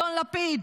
אדון לפיד.